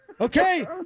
Okay